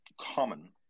common